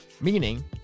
Meaning